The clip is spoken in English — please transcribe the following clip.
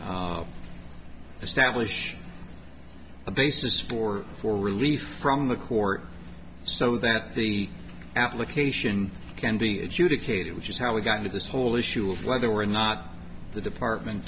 establish a basis for for relief from the court so that the application can be educated which is how we got into this whole issue of whether or not the department